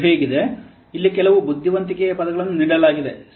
ಇದು ಹೀಗಿದೆ ಇಲ್ಲಿ ಕೆಲವು ಬುದ್ಧಿವಂತಿಕೆಯ ಪದಗಳನ್ನು ನೀಡಲಾಗಿದೆ